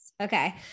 Okay